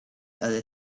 other